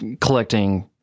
collecting